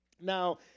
Now